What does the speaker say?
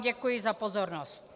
Děkuji vám za pozornost.